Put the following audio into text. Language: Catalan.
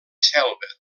selva